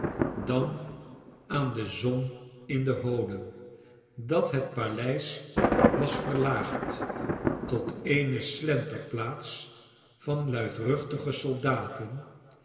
dan aan de zon in de holen dat het paleis was verlaagd tot eene slenterplaats van luidruchtige soldaten